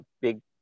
big